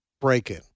break-in